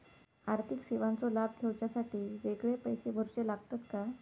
आर्थिक सेवेंचो लाभ घेवच्यासाठी वेगळे पैसे भरुचे लागतत काय?